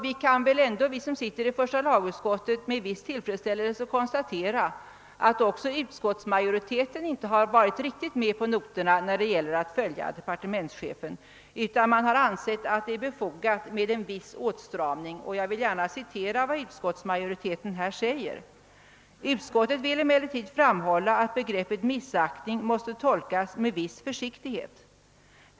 Vi som sitter i första lagutskottet kan väl med viss tillfredsställelse konstatera att inte heller utskottsmajorite ten har varit riktigt med på noterna och velat följa departementschefen, utan har ansett det befogat med en viss åtstramning. Jag vill gärna citera vad utskottet här säger: »Utskottet vill emellertid framhålla, att begreppet missaktning måste tolkas med viss försiktighet.